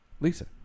lisa